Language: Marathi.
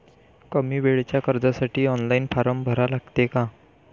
कमी वेळेच्या कर्जासाठी ऑनलाईन फारम भरा लागते का?